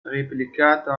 replicato